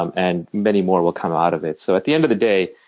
um and many more will come out of it. so at the end of the day,